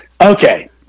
Okay